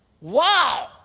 Wow